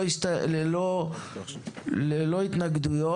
ללא מתנגדים.